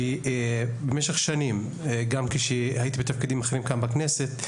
במשך שנים גם כשהייתי בתפקידים אחרים כאן בכנסת,